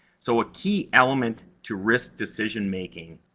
so, a key element to risk decision-making,